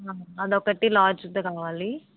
అది ఒక్కటి లార్జ్ది కావాలి